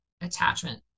attachment